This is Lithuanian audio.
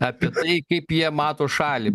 apie tai kaip jie mato šalį